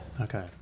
Okay